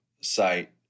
site